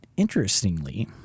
Interestingly